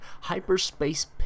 Hyperspace